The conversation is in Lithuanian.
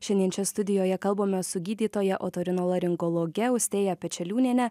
šiandien čia studijoje kalbamės su gydytoja otorinolaringologe austėja pečeliūniene